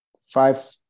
five